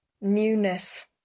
newness